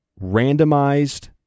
randomized